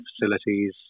facilities